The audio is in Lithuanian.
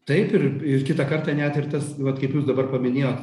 taip ir ir kitą kartą net ir tas vat kaip jūs dabar paminėjot